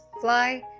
fly